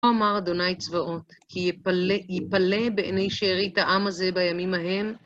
כה אמר אדוני צבאות, כי יפלא בעיני שארית העם הזה בימים ההם.